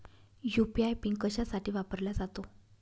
UPI PIN कशासाठी वापरला जातो?